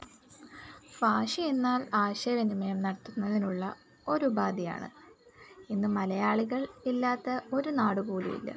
ഭാഷ എന്നാൽ ആശയവിനിമയം നടത്തുന്നതിനുള്ള ഒരുപാധിയാണ് ഇന്ന് മലയാളികൾ ഇല്ലാത്ത ഒരു നാടു പോലും ഇല്ല